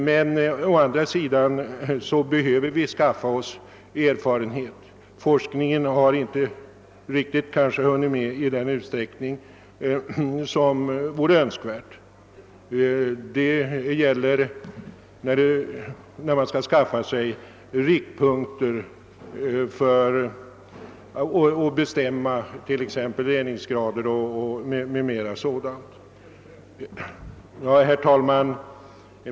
Men å andra sidan behöver vi skaffa oss erfarenhet, och forskningen har kanske inte riktigt hunnit med i önskvärd utsträckning för att ge oss det säkra underlaget för våra bedömningar. Herr talman!